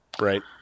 Right